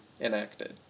enacted